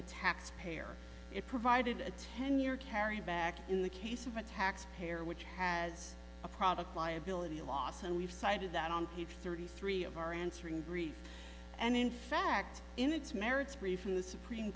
a taxpayer it provided a ten year carry back in the case of a tax payer which has a product liability loss and we've cited that on it for thirty three of our answering brief and in fact in its merits brief from the supreme